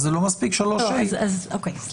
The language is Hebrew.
אז לא מספיק 3ה. סליחה.